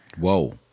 Whoa